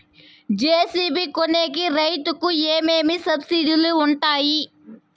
JCB కొనేకి రైతుకు ఏమేమి సబ్సిడి లు వుంటాయి?